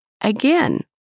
Again